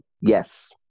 Yes